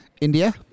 India